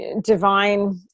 divine